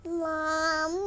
mom